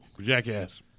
Jackass